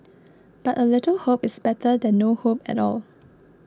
but a little hope is better than no hope at all